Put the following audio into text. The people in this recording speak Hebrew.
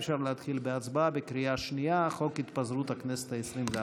אפשר להתחיל בהצבעה בקריאה שנייה על חוק התפזרות הכנסת העשרים-ואחת.